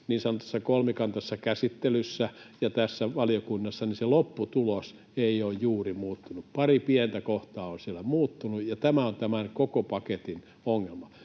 niin sanotussa kolmikantaisessa käsittelyssä ja tässä valiokunnassa, se lopputulos ei ole juuri muuttunut. Pari pientä kohtaa on siellä muuttunut, ja tämä on tämän koko paketin ongelma.